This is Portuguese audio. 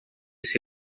esse